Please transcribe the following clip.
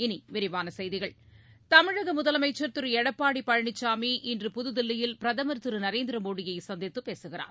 இனி விரிவான செய்திகள் தமிழக முதலமைச்சர் திரு எடப்பாடி பழனிச்சாமி இன்று புதுதில்லியில் பிரதமர் திரு நரேந்திர மோடியை சந்திக்குப் பேசுகிறார்